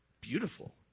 beautiful